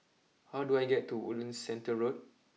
how do I get to Woodlands Centre Road